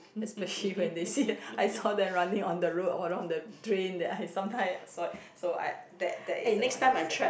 especially when they see I saw them running on the road or on the train that I sometimes I saw it so I that that is the one that is that